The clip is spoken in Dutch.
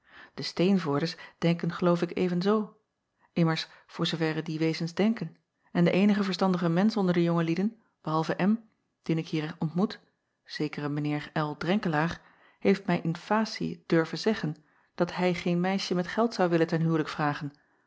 de teenvoordes denken geloof ik evenzoo immers voor zooverre die wezens denken en de eenige verstandige mensch onder de jonge lieden behalve dien ik hier ontmoet zekere r renkelaer heeft mij in facie durven zeggen dat hij geen meisje met geld zou willen ten huwelijk vragen